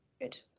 Good